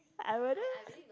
I wouldn't